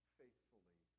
faithfully